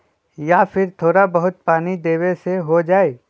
या फिर थोड़ा बहुत पानी देबे से हो जाइ?